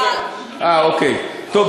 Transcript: אה, אוקיי, טוב.